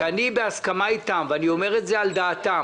שאני בהסכמה איתם, ואני אומר את זה על דעתם,